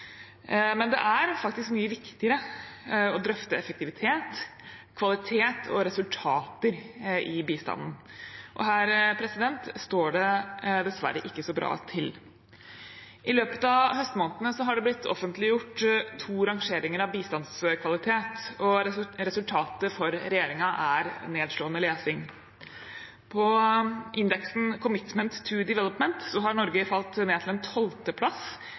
Det er faktisk mye viktigere å drøfte effektivitet, kvalitet og resultater i bistanden, og her står det dessverre ikke så bra til. I løpet av høstmånedene har det blitt offentliggjort to rangeringer av bistandskvalitet, og resultatet for regjeringen er nedslående lesing. På indeksen Commitment to Development har Norge falt ned til en tolvteplass.